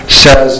says